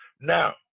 Now